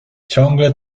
ciągle